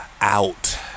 Out